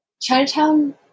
Chinatown